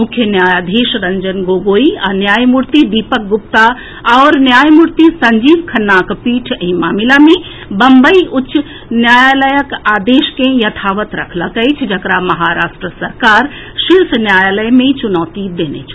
मुख्य न्यायाधीश रंजन गोगोई आ न्यायमूर्ति दीपक गुप्ता आओर न्यायमूर्ति संजीव खन्नाक पीठ एहि मामिला मे बम्बई उच्च न्यायालयक आदेश के यथावत् रखलक अछि जकरा महाराष्ट्र सरकार शीर्ष न्यायालय मे चुनौती देने छल